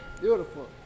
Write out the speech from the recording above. Beautiful